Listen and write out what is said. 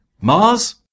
mars